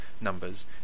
Numbers